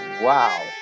Wow